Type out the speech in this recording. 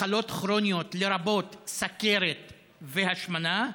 מחלות כרוניות, לרבות סוכרת והשמנה,